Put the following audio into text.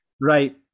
Right